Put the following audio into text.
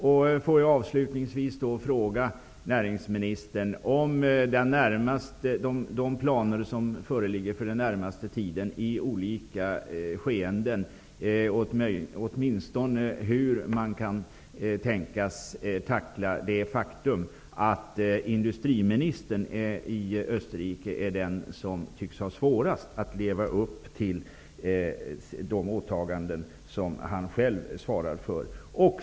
Jag vill avslutningsvis fråga näringsministern om de planer som föreligger för den närmaste tiden. Hur tänker man tackla det faktum att det är industriministern i Österrike som tycks ha svårast att leva upp till de åtaganden som man där har gjort?